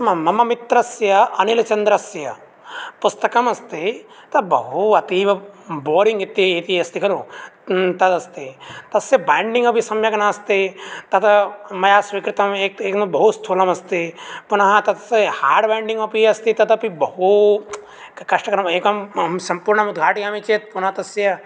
म् मम मित्रस्य अनिलचन्द्रस्य पुस्तकमस्ति तत् बहु अतीव बोरिङ्ग् इति इति अस्ति खलु तदस्ति तस्य बैण्डिङ्ग् अपि सम्यग् नास्ति तत् मया स्वीकृतम् एकं बहुस्थूलमस्ति पुनः तस्य हार्ड् बैण्डिङ्ग् अपि अस्ति तदपि बहु कष्टकरम् एकम् अहं सम्पूर्णम् उद्घाटयामि चेत् पुनः तस्य